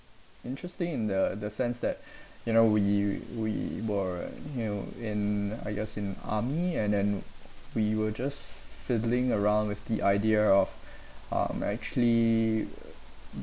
interesting in the the sense that you know we we were you know in I guess in army and then we were just fiddling around with the idea of um actually